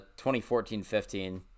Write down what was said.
2014-15